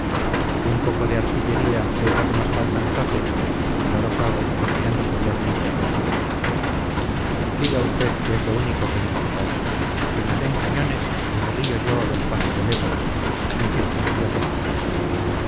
un poco de artillería que es lo que más falta nos hace declaró fago terminando jovialmente el concepto diga usted que es lo único que nos hace falta que nos den cañones y me río yo del paso del ebro en fin recemos